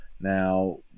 Now